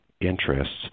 interests